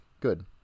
good